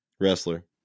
wrestler